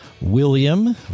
William